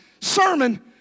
sermon